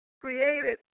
created